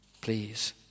please